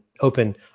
open